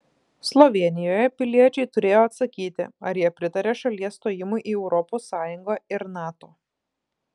slovėnijoje piliečiai turėjo atsakyti ar jie pritaria šalies stojimui į europos sąjungą ir nato